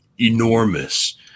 enormous